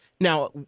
Now